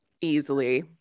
easily